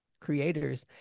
creators